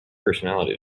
personality